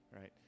right